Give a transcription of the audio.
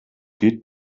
geht